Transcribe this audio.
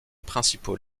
principaux